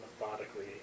methodically